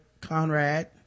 Conrad